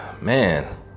man